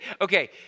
okay